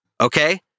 Okay